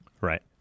Right